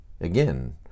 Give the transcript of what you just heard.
again